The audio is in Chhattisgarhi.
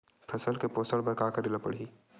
फसल के पोषण बर का करेला पढ़ही?